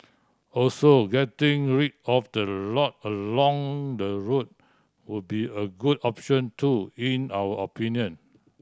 also getting rid of the lot along the road would be a good option too in our opinion